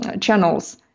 channels